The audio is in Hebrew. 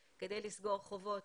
כדי לסגור חובות